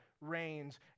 reigns